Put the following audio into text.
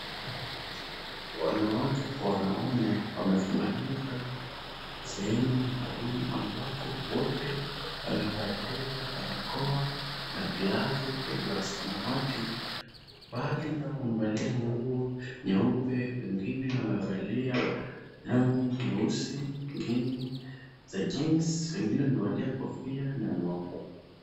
Wanawake kwa wanaume wamefumanika sehemu maalumu ambako wote wamevalia barakoa na glavu za samawati. Baadhi yao wamevalia nguo nyeupe, wengine wamevalia long'i nyeusi wengine za jeans , wengine wamevalia kofia na miwani.